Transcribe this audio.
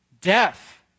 death